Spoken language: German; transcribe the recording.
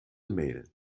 mail